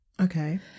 Okay